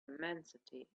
immensity